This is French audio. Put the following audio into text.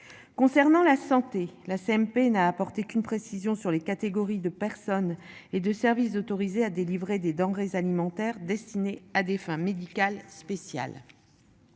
Concernant la santé la CMP n'a apporté qu'une précision sur les catégories de personnes et de services autorisés à délivrer des denrées alimentaires destinées à des fins médicales spécial.